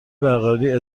برقراری